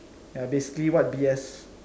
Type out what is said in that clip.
ya basically what B_S